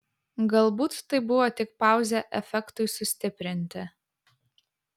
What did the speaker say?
galbūt tai buvo tik pauzė efektui sustiprinti